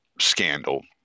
scandal